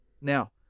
Now